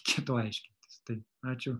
reikėtų aiškintis tai ačiū